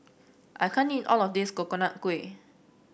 I can't eat all of this Coconut Kuih